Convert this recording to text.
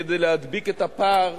כדי להדביק את הפער,